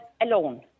alone